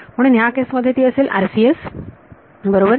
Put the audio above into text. म्हणून ह्या केस मध्ये ती असेल RCS बरोबर